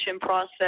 process